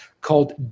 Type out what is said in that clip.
called